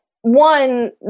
one